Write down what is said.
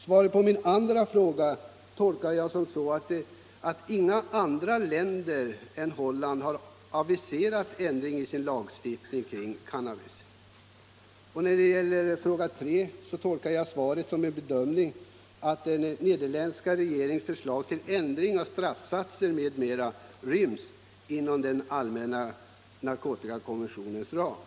Svaret på min andra fråga tolkar jag så, att inga andra länder än Holland har aviserat ändring i sin lagstiftning kring cannabis. När det gäller fråga tre tolkar jag svaret som en bedömning att den nederländska regeringens förslag till ändring av straffsatser m.m. ryms inom den allmänna narkotikakonventionens ram.